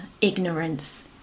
ignorance